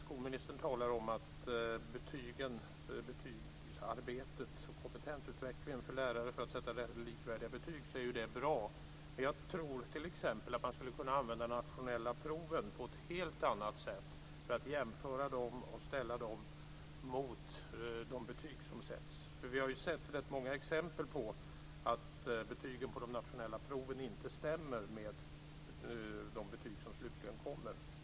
Skolministern talar om kompetensutveckling för lärare så att de kan sätta likvärdiga betyg. Det är bra. Men jag tror att det går att använda de nationella proven på ett helt annat sätt för att jämföra och ställa dem mot de betyg som sätts. Vi har sett rätt många exempel på att betygen på de nationella proven inte stämmer med de betyg som slutligen sätts.